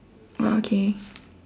ah okay